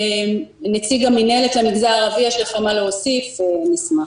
נציג המנהלת יש מה להוסיף אשמח.